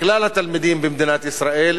לכלל התלמידים במדינת ישראל,